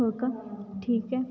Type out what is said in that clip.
हो का ठीक आहे